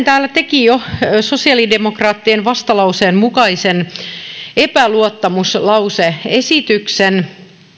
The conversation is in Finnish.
täällä teki jo sosiaalidemokraattien vastalauseen mukaisen epäluottamuslause esityksen